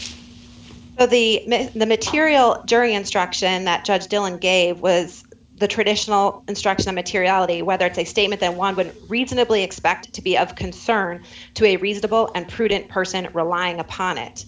myth the material jury instruction that judge dylan gave was the traditional instruction materiality whether it's a statement that one would reasonably expect to be of concern to a reasonable and prudent person relying upon it